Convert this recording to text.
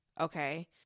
okay